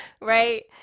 right